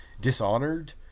Dishonored